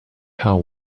how